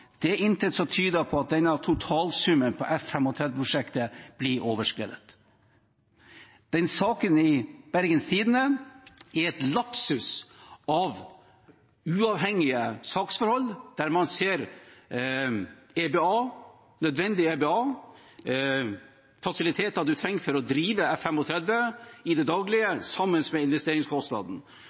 det intet som tyder på at denne totalsummen på F-35-prosjektet blir overskredet. Den saken i Bergens Tidende er en lapsus av uavhengige saksforhold, der man ser nødvendig EBA og fasiliteter man trenger for å drive F-35 i det daglige, sammen med investeringskostnaden.